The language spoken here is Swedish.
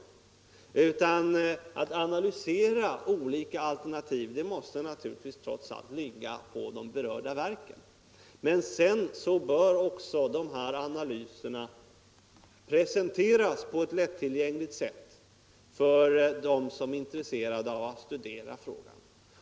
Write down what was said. Uppgiften att analysera olika alternativ måste naturligtvis trots allt ligga hos de berörda verken. Men sedan bör också dessa analyser presenteras på ett lättillgängligt sätt för dem som är intresserade av att studera frågan.